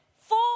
Four